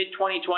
2020